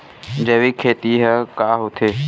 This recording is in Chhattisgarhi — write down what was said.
जैविक खेती ह का होथे?